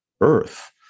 earth